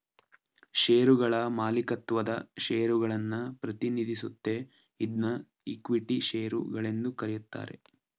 ಶೇರುಗಳ ಮಾಲೀಕತ್ವದ ಷೇರುಗಳನ್ನ ಪ್ರತಿನಿಧಿಸುತ್ತೆ ಇದ್ನಾ ಇಕ್ವಿಟಿ ಶೇರು ಗಳೆಂದು ಕರೆಯುತ್ತಾರೆ